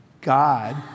God